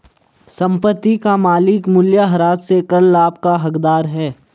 संपत्ति का मालिक मूल्यह्रास से कर लाभ का हकदार है